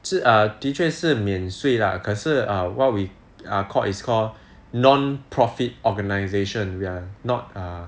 是 err 的确是免税啦可是 err what we call is called non profit organisation we are not err